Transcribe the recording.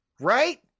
right